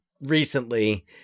recently